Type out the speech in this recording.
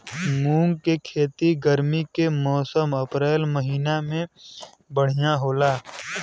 मुंग के खेती गर्मी के मौसम अप्रैल महीना में बढ़ियां होला?